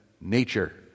nature